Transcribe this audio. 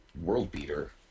world-beater